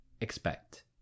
expect